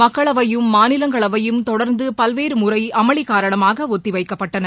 மக்களவையிலும் மாநிலங்களவையில் தொடர்ந்து பல்வேறு முறை அமளி காரணமாக ஒத்திவைக்கப்பட்டன